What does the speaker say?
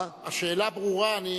השאלה ברורה.